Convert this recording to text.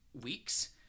weeks